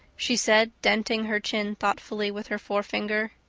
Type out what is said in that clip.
she said, denting her chin thoughtfully with her forefinger.